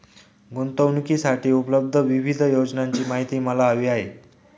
गुंतवणूकीसाठी उपलब्ध विविध योजनांची माहिती मला हवी आहे